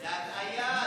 זו הטעיה,